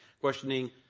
questioning